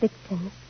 victims